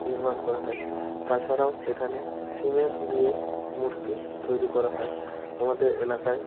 নির্মাণ করা হয় তাছাড়াও এখানে সিমেন্ট দিয়ে মূর্তি তৈরি করা হয় আমাদের এলাকায়